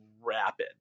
rapid